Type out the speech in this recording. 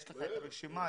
יש רשימה?